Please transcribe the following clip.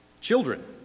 Children